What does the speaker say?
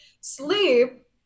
Sleep